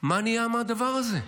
מה נהיה מהדבר הזה?